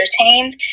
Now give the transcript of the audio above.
entertained